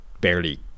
barely